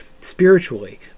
spiritually